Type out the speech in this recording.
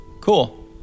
Cool